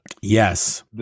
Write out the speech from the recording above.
Yes